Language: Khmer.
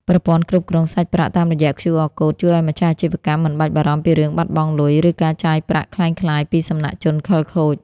ប្រព័ន្ធគ្រប់គ្រងសាច់ប្រាក់តាមរយៈ QR Code ជួយឱ្យម្ចាស់អាជីវកម្មមិនបាច់បារម្ភពីរឿងបាត់បង់លុយ ឬការចាយប្រាក់ក្លែងក្លាយពីសំណាក់ជនខិលខូច។